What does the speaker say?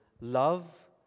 love